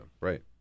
Right